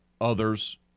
others